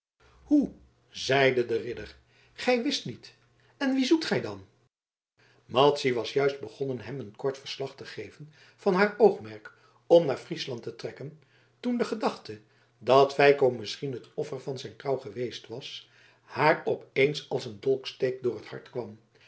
hoe zeide de ridder gij wist niet en wien zoekt gij dan madzy was juist begonnen hem een kort verslag te geven van haar oogmerk om naar friesland te trekken toen de gedachte dat feiko misschien het offer van zijn trouw geweest was haar op eens als een dolksteek door t hart kwam